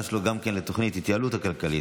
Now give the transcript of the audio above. שלו גם כן על תוכנית ההתייעלות הכלכלית,